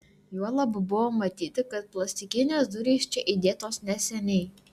juolab buvo matyti kad plastikinės durys čia įdėtos neseniai